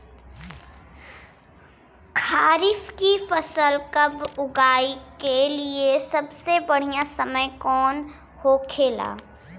खरीफ की फसल कब उगाई के लिए सबसे बढ़ियां समय कौन हो खेला?